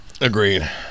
Agreed